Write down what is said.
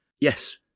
Yes